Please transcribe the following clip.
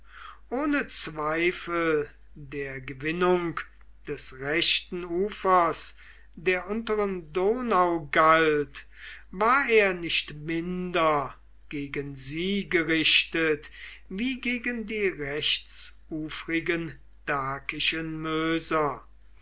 ohne zweifel der gewinnung des rechten ufers der unteren donau galt war er nicht minder gegen sie gerichtet wie gegen die rechtsufrigen dakischen möser